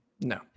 No